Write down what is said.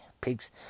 Pigs